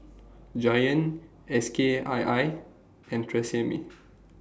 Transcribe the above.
Giant SK I I and Tresemme